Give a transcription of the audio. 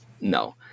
no